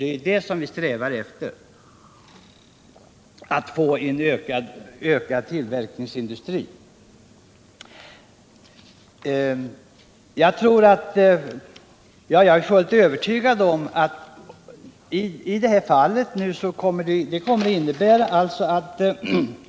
Det är det vi strävar efter - Nr 56 —- att få en ökad tillverkningsindustri.